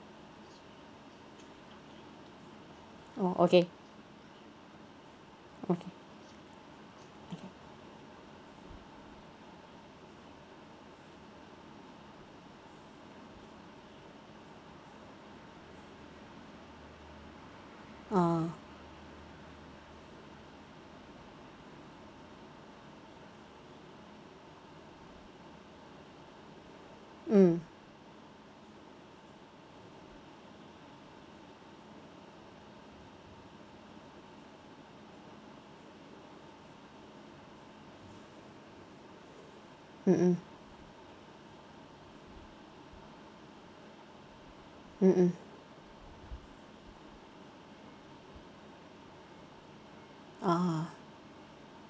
oh okay ah mm mmhmm mmhmm ah